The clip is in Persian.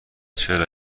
چرا